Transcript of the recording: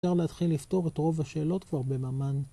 אפשר להתחיל לפתור את רוב השאלות כבר בממן